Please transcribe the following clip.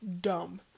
dumb